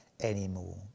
anymore